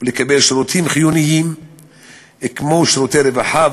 ולקבל שירותים חיוניים כמו שירותי רווחה,